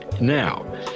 now